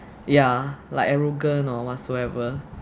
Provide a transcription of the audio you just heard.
yeah like arrogant or whatsoever